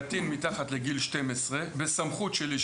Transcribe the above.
קטין מתחת לגיל 12 בסמכות שלי,